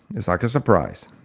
it's like a surprise.